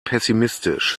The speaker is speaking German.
pessimistisch